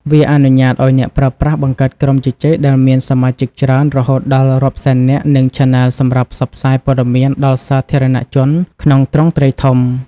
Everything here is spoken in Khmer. វាអនុញ្ញាតឱ្យអ្នកប្រើប្រាស់បង្កើតក្រុមជជែកដែលមានសមាជិកច្រើន រហូតដល់រាប់សែននាក់ និងឆានែលសម្រាប់ផ្សព្វផ្សាយព័ត៌មានដល់សាធារណជនក្នុងទ្រង់ទ្រាយធំ។